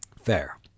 fair